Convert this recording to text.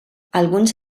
alguns